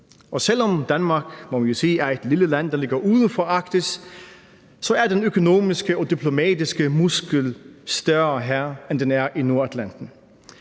må vi jo sige, er et lille land, der ligger uden for Arktis, så er den økonomiske og diplomatiske muskel større her, end den er i Nordatlanten.